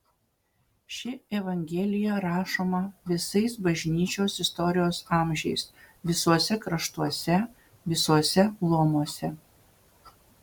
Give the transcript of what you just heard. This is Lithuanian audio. ši evangelija rašoma visais bažnyčios istorijos amžiais visuose kraštuose visuose luomuose